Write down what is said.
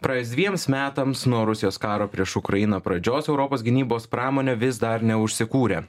praėjus dvejiems metams nuo rusijos karo prieš ukrainą pradžios europos gynybos pramonė vis dar neužsikūrė